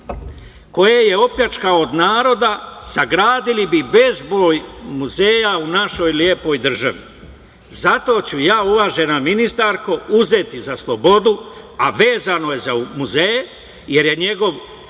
koje je opljačkao od naroda, sagradili bi bezbroj muzeja u našoj lepoj državi. Zato ću ja uvažena ministarko uzeti za slobodu, a vezano je za muzeje, jer je njegov